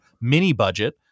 mini-budget